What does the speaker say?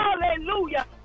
hallelujah